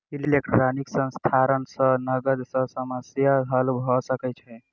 electronic हस्तांतरण सॅ नकद के समस्या हल भ सकै छै